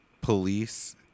police